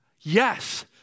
Yes